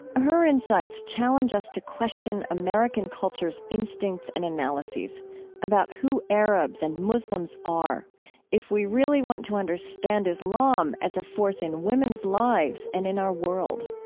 her insights challenge us to question american cultures, instincts, and analyses about who arabs and muslims are if we really want to understand islam as a force in women's lives and in our world.